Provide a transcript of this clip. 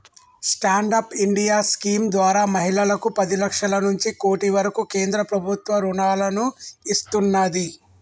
stand up India scheme ద్వారా మహిళలకు పది లక్షల నుంచి కోటి వరకు కేంద్ర ప్రభుత్వం రుణాలను ఇస్తున్నాది